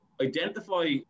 identify